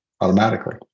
automatically